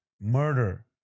murder